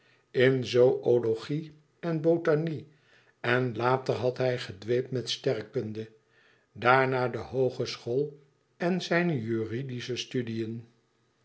in zoölogie en botanie en later had hij gedweept met sterrekunde daarna de hoogeschool en zijne juridische studiën